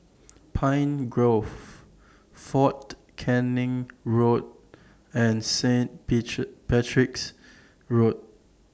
Pine Grove Fort Canning Road and Saint Peach Patrick's Road